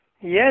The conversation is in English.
Yes